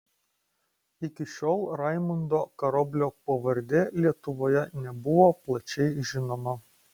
iki šiol raimundo karoblio pavardė lietuvoje nebuvo plačiai žinoma